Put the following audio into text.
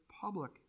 public